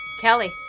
Kelly